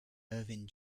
irvin